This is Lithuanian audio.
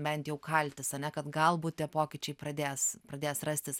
bent jau kaltis ane kad galbūt tie pokyčiai pradės pradės rastis